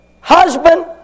Husband